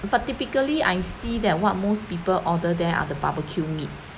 but typically I see that what most people order there are the barbecue meats